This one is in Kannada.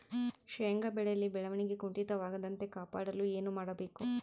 ಶೇಂಗಾ ಬೆಳೆಯಲ್ಲಿ ಬೆಳವಣಿಗೆ ಕುಂಠಿತವಾಗದಂತೆ ಕಾಪಾಡಲು ಏನು ಮಾಡಬೇಕು?